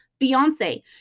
Beyonce